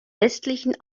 westlichen